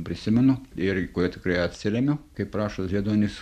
prisimenu ir į kurią tikrai atsiremiu kaip rašo žiedonis